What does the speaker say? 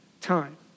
time